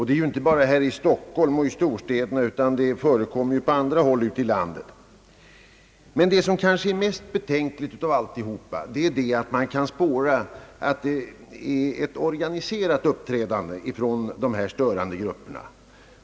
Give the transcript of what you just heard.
Detta gäller inte bara här i Stockholm och i storstäderna i övrigt utan även på andra håll ute i landet. Men det som är det kanske mest betänkliga i det hela är att man kan spåra ett organiserat uppträdande från dessa störande gruppers sida.